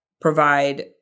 provide